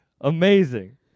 amazing